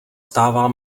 stává